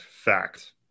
fact